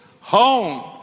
home